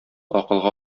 акылга